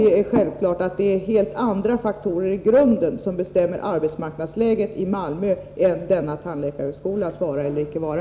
Det är självklart att det i grunden är helt andra faktorer som bestämmer arbetsmarknadsläget i Malmöhus län än denna tandläkarhögskolas vara eller icke vara.